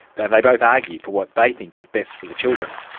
they they both argue for what they think is best for the children.